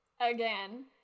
Again